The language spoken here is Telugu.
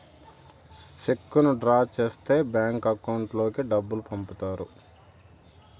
చెక్కును డ్రా చేస్తే బ్యాంక్ అకౌంట్ లోకి డబ్బులు పంపుతారు